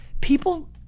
people